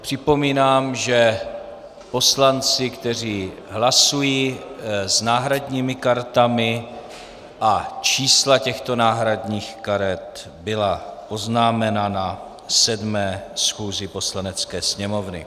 Připomínám, že poslanci, kteří hlasují s náhradními kartami, čísla těchto náhradních karet, byla oznámena na 7. schůzi Poslanecké sněmovny.